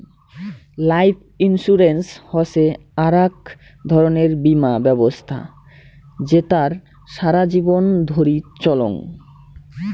life insurance হসে আক ধরণের বীমা ব্যবছস্থা জেতার সারা জীবন ধরি চলাঙ